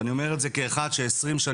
ואני אומר את זה כאחד שהיה מאמן כ-20 שנים,